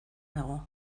nago